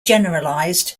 generalized